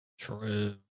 True